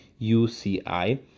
UCI